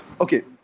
okay